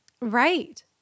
Right